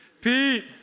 Pete